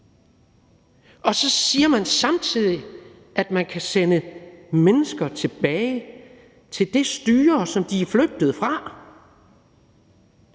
og at man så samtidig siger, at man kan sende mennesker tilbage til det styre, som de er flygtet fra,